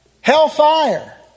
hellfire